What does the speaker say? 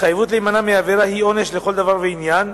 התחייבות להימנע מעבירה היא עונש לכל דבר ועניין,